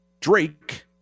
Drake